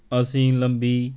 ਅਸੀਂ ਲੰਬੀ